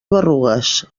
berrugues